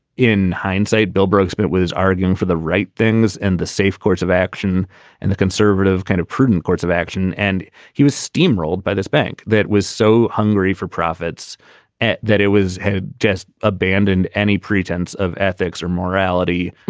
in hindsight, bill bergsman was arguing for the right things and the safe course of action and the conservative kind of prudent course of action. and he was steamrolled by this bank that was so hungry for profits and that it was had just abandoned any pretense of ethics or morality,